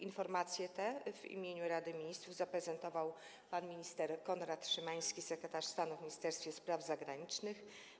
Informację tę w imieniu Rady Ministrów zaprezentował pan minister Konrad Szymański, sekretarz stanu w Ministerstwie Spraw Zagranicznych.